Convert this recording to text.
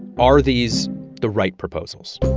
are these the right proposals?